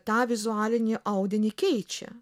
tą vizualinį audinį keičia